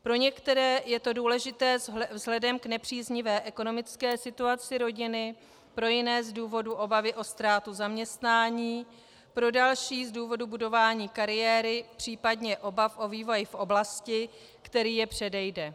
Pro některé je to důležité vzhledem k nepříznivé ekonomické situaci rodiny, pro jiné z důvodu obavy o ztrátu zaměstnání, pro další z důvodu budování kariéry, případně obav o vývoj v oblasti, který je předejde.